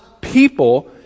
people